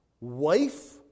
Wife